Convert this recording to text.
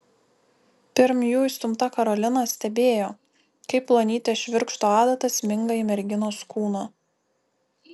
pirm jų įstumta karolina stebėjo kaip plonytė švirkšto adata sminga į merginos kūną